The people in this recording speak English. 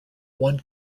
one